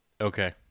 Okay